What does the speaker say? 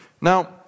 Now